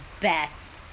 Best